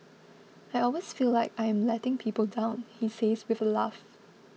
I always feel like I am letting people down he says with a laugh